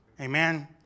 Amen